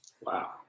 Wow